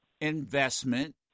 investment